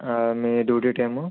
me duty time